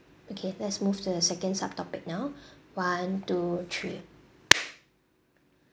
okay let's move to the second subtopic now one two three